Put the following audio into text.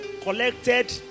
collected